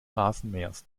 rasenmähers